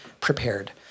prepared